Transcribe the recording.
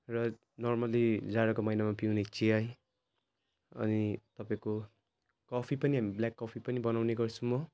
र नर्मल्ली जाडोको महिनामा पिउने चिया अनि तपाईँको कफी पनि अनि ब्ल्याक कफी पनि बनाउने गर्छु म